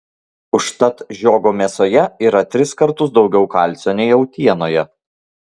užtat žiogo mėsoje yra tris kartus daugiau kalcio nei jautienoje